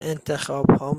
انتخابهام